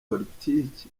politike